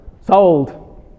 sold